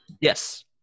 Yes